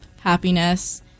happiness